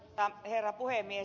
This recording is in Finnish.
arvoisa herra puhemies